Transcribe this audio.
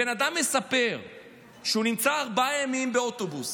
בן אדם מספר שהוא נמצא ארבעה ימים באוטובוס